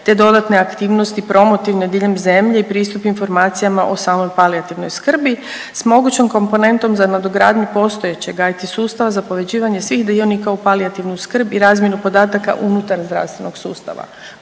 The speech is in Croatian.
te dodatne aktivnosti promotivne diljem zemlje i pristup informacijama o samoj palijativnom skrbi s mogućom komponentom za nadogradnju postojećeg IT sustava za …/Govornica se ne razumije./… svih dionika u palijativnu skrb i razmjenu podataka unutar zdravstvenog sustava.